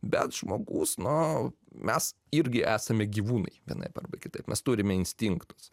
bet žmogus na mes irgi esame gyvūnai vienaip arba kitaip mes turime instinktus